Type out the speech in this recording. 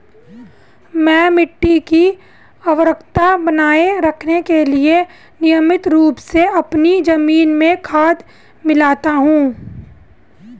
मैं मिट्टी की उर्वरता बनाए रखने के लिए नियमित रूप से अपनी जमीन में खाद मिलाता हूं